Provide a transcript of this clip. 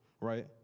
right